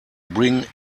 bring